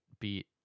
beat